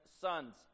sons